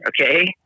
okay